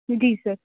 ਜੀ ਸਰ